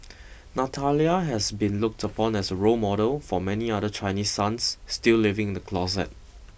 Natalia has been looked upon as a role model for many other Chinese sons still living in the closet